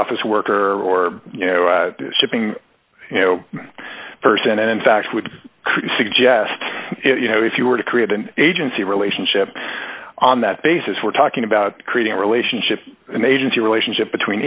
office worker or you know shipping you know person and in fact would suggest you know if you were to create an agency relationship on that basis we're talking about creating a relationship an agency relationship between